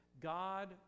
God